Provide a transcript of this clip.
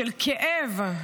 של כאב,